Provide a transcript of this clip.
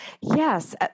Yes